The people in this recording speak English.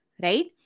right